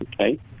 okay